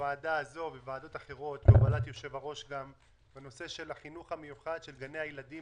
המיוחד של גני הילדים